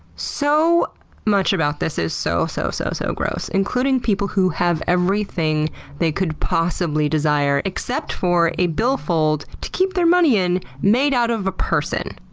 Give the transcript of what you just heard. so much about this is so, so, so, so gross, including people who have everything they could possibly desire except for a billfold to keep their money in made out of a person.